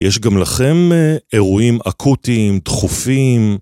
יש גם לכם אירועים אקוטיים, דחופים...